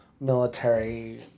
military